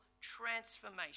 transformation